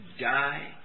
die